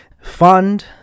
fund